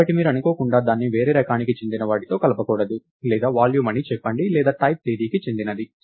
కాబట్టి మీరు అనుకోకుండా దాన్ని వేరే రకానికి చెందిన వాటితో కలపకూడదు లేదా వాల్యూమ్ అని చెప్పండి లేదా టైప్ తేదీకి చెందినది